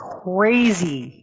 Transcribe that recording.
crazy